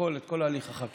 לפרוטוקול את כל הליך החקיקה.